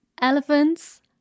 elephants